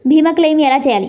భీమ క్లెయిం ఎలా చేయాలి?